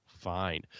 fine